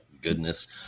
goodness